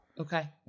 Okay